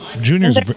Junior's